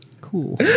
cool